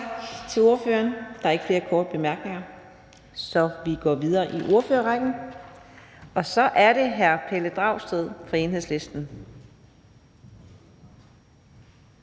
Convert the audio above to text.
til ordføreren. Der er ikke flere korte bemærkninger, så vi går videre i ordførerrækken til fru Samira Nawa, Radikale Venstre.